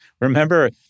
remember